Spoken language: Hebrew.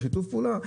שיתוף פעולה,